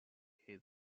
his